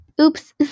Oops